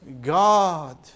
God